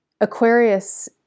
Aquarius